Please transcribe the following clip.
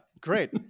Great